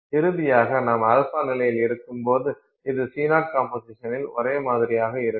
இறுதியாக நாம் α நிலையில் இருக்கும்போது அது C0 கம்போசிஷனில் ஒரே மாதிரியாக இருக்கும்